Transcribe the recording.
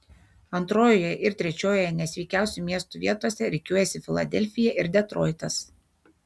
antrojoje ir trečiojoje nesveikiausių miestų vietose rikiuojasi filadelfija ir detroitas